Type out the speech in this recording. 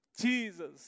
Jesus